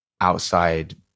outside